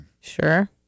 Sure